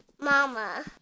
Mama